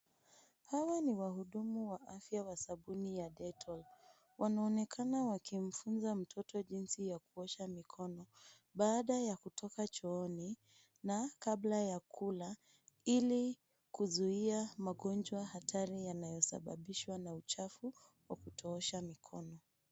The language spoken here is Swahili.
Hawa ni wahudumu wa afya wa sabuni ya Detol. Wanaonekana wakimfunza mtoto jinsi ya kuosha mikono baada ya kutoka chooni na kabla ya kula ili kuzuia magonjwa hatari yanayo sababishwa na uchafu wa kutoosha mikono.